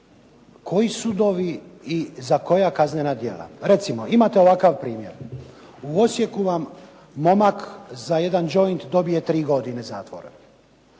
Koji sudovi i za koja kaznena djela? Recimo, imate ovakav primjer. U Osijeku momak za jedan joint dobije 3 godine zatvora.